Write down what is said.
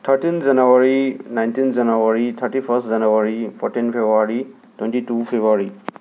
thirteen January nineteen January thirty first January fourteen February twenty two February